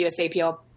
USAPL